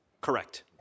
Correct